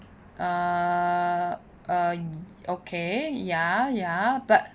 err okay ya ya but